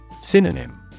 Synonym